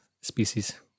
species